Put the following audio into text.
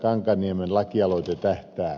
kankaanniemen lakialoite tähtää